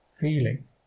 Feeling